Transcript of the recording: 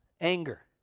anger